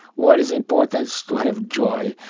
what is important is to have joy.